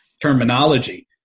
terminology